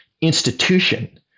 institution